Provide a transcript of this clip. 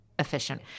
Efficient